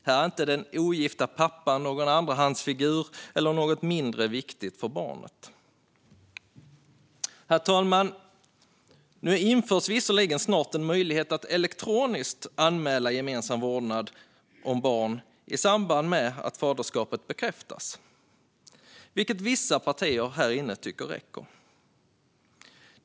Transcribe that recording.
Här är inte den ogifta pappan en andrahandsfigur eller något mindre viktigt för barnet. Herr talman! Nu införs visserligen snart en möjlighet att elektroniskt anmäla gemensam vårdnad om barn i samband med att faderskapet bekräftas, vilket vissa partier här i kammaren tycker räcker.